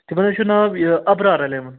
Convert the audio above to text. تِمَن حظ چھُ ناو یہِ ابرار اَلیوَن